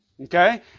Okay